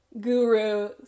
guru